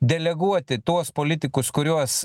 deleguoti tuos politikus kuriuos